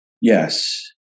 Yes